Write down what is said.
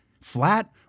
flat